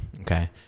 Okay